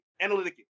analytic